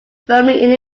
firmly